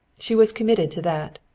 she was committed to that.